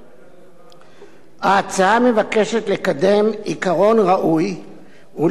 ההצעה מבקשת לקדם עיקרון ראוי שלפיו אסור להפלות